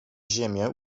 ziemię